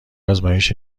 آزمایش